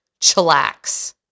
chillax